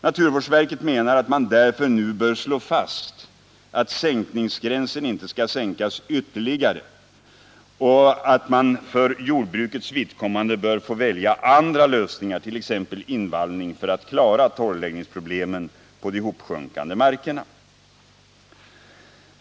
Naturvårdsverket menar att man därför nu bör slå fast att sänkningsgränsen inte skall ytterligare justeras nedåt och att man för jordbrukets vidkommande bör få välja andra lösningar, t.ex. invallning, för att klara torrläggningsproblemen på de hopsjunkande markerna.